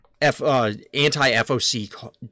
anti-FOC